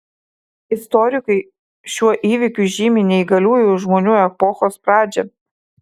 istorikai šiuo įvykiu žymi neįgaliųjų žmonių epochos pradžią